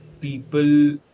people